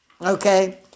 Okay